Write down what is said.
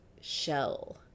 shell